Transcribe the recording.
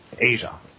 Asia